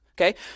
Okay